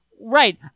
Right